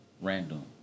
random